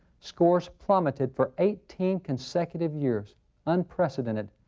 scores plummeted for eighteen consecutive years unprecedented!